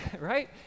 right